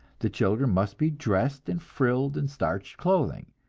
the children must be dressed in frilled and starched clothing,